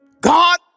God